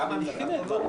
כמה נשארו?